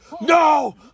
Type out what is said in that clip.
no